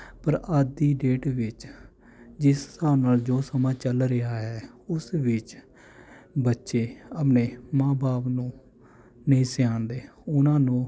ਪਰ ਅੱਜ ਦੀ ਡੇਟ ਵਿੱਚ ਜਿਸ ਹਿਸਾਬ ਨਾਲ ਜੋ ਸਮਾਂ ਚੱਲ ਰਿਹਾ ਹੈ ਉਸ ਵਿੱਚ ਬੱਚੇ ਆਪਣੇ ਮਾਂ ਬਾਪ ਨੂੰ ਨਹੀਂ ਸਿਆਣਦੇ ਉਨ੍ਹਾਂ ਨੂੰ